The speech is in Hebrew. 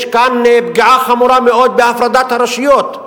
יש כאן פגיעה חמורה מאוד בהפרדת הרשויות,